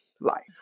life